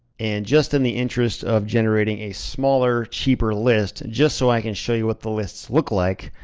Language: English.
and just in the interest of generating a smaller, cheaper list, just so i can show you what the lists look like,